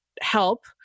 help